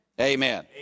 Amen